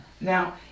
Now